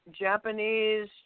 Japanese